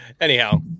Anyhow